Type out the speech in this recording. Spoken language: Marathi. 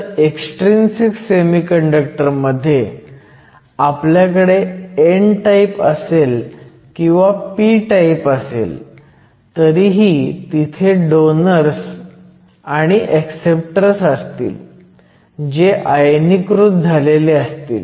तर एक्सट्रिंसिक सेमीकंडक्टर मध्ये आपल्याकडे n टाईप असेल किंवा p टाईप असेल तरीही तिथे डोनर्स आज ऍक्सेप्टर्स असतील जे आयनीकृत झालेले असतील